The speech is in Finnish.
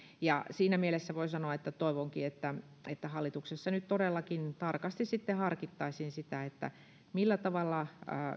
siinä mielessä voin sanoa että toivonkin että että hallituksessa nyt todellakin tarkasti harkittaisiin sitä millä tavalla